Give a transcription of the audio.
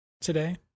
today